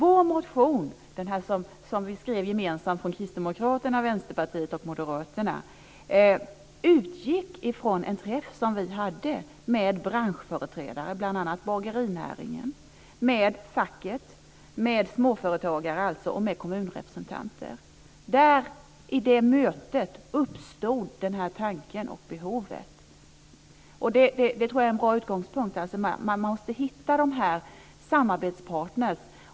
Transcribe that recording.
Den gemensamma motionen från Kristdemokraterna, Vänsterpartiet och Moderaterna utgick från en träff som vi hade med branschföreträdare - bl.a. från bagerinäringen - med facket, med småföretagare och med kommunrepresentanter. Vid detta möte uppstod denna tanke och detta behov. Och jag tror att det är en bra utgångspunkt. Man måste hitta samarbetspartner.